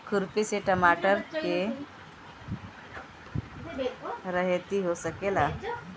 खुरपी से टमाटर के रहेती हो सकेला?